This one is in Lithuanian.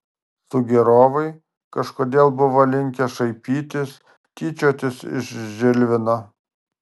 sugėrovai kažkodėl buvo linkę šaipytis tyčiotis iš žilvino